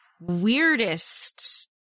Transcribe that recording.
weirdest